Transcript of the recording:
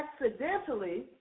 accidentally